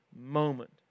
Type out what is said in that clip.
moment